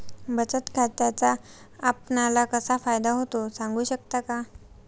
बचत खात्याचा आपणाला कसा फायदा होतो? सांगू शकता का?